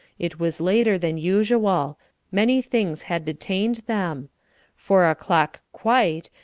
it was later than usual many things had detained them four o'clock quite,